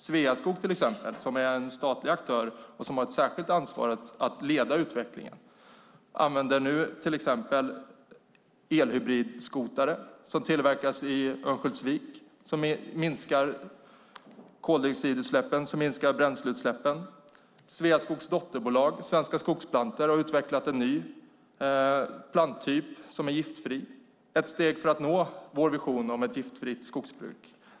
Sveaskog till exempel, som är en statlig aktör och som har ett särskilt ansvar att leda utvecklingen, använder elhybridskotare som tillverkas i Örnsköldsvik och som minskar koldioxidutsläppen och bränsleutsläppen. Sveaskogs dotterbolag, Svenska skogsplantor, har utvecklat en ny planttyp som är giftfri. Det är ett steg mot att nå vår vision om ett giftfritt skogsbruk.